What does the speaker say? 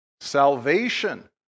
Salvation